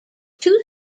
two